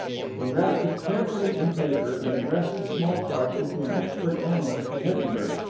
he wrapped it carefully in paper, and addressed the small parcel to an expert analyst in edinburgh.